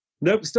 nope